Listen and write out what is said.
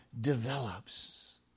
develops